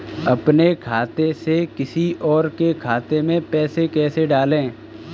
अपने खाते से किसी और के खाते में पैसे कैसे डालें?